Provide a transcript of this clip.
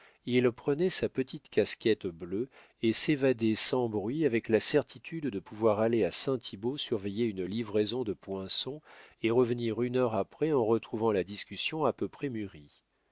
il prenait sa petite casquette bleue et s'évadait sans bruit avec la certitude de pouvoir aller à saint thibault surveiller une livraison de poinçons et revenir une heure après en retrouvant la discussion à peu près mûrie